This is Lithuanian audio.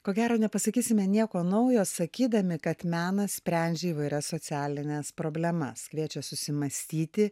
ko gero nepasakysime nieko naujo sakydami kad menas sprendžia įvairias socialines problemas kviečia susimąstyti